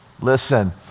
listen